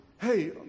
hey